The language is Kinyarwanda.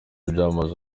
byamaze